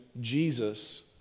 Jesus